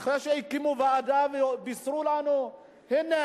אחרי שהקימו ועדה ובישרו לנו: הנה,